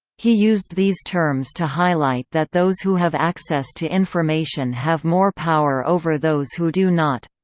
he used these terms to highlight that those who have access to information have more power over those who do not.